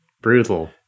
brutal